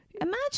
Imagine